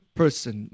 person